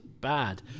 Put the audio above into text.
bad